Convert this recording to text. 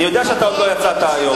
אני יודע שאתה עוד לא יצאת היום.